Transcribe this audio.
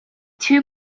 two